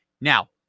now